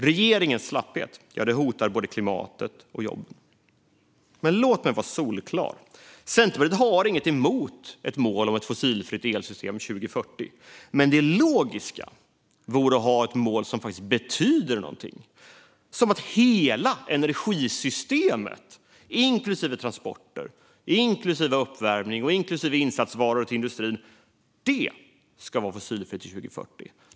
Regeringens slapphet hotar både klimatet och jobben. Låt mig vara solklar: Centerpartiet har inget emot ett mål om ett fossilfritt elsystem 2040. Men det logiska vore att ha ett mål som faktiskt betyder något, som att hela energisystemet, inklusive transporter, uppvärmning och insatsvaror till industrin, ska vara fossilfritt till 2040.